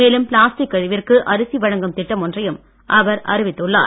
மேலும் பிளாஸ்டிக் கழிவிற்கு அரிசி வழங்கும் திட்டம் ஒன்றையும் அவர் அறிவித்துள்ளார்